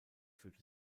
führte